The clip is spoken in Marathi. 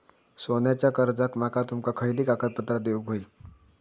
सोन्याच्या कर्जाक माका तुमका खयली कागदपत्रा देऊक व्हयी?